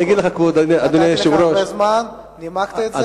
נתתי לך הרבה זמן, נימקת את זה.